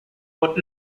but